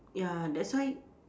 ya that's why